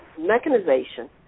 mechanization